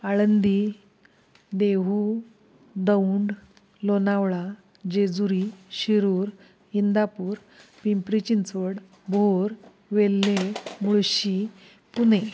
Alandi Dehu Daund Lonavala Jejuri Shirur Indapur Pimpri Chinchwad Bhor Velhe Mulshi Pune